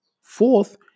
Fourth